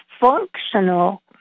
functional